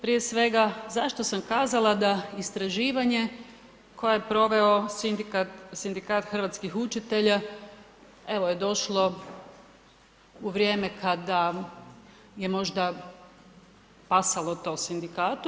Prije svega zašto sam kazala, da istraživanje, koje je proveo sindikat hrvatskih učitelja, evo je došlo u vrijeme, kada je možda pasalo to sindikatu.